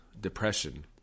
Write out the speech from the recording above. Depression